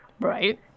Right